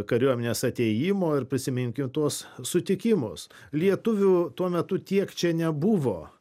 kariuomenės atėjimo ir prisiminkim tuos sutikimus lietuvių tuo metu tiek čia nebuvo